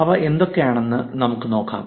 അവ എന്തൊക്കെയാണെന്ന് നമുക്ക് നോക്കാം